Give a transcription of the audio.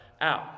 out